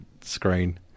screen